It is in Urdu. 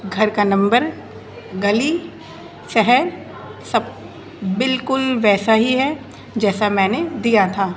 گھر کا نمبر گلی شہر سب بالکل ویسا ہی ہے جیسا میں نے دیا تھا